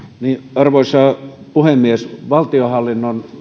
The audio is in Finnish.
arvoisa puhemies valtionhallinnon